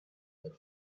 that